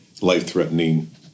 life-threatening